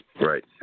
Right